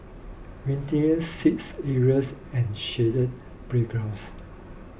Windy seats areas and shaded playgrounds